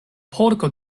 porko